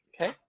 Okay